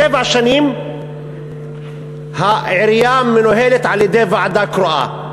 שבע שנים העירייה מנוהלת על-ידי ועדה קרואה.